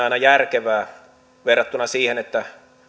aina järkevää verrattuna siihen että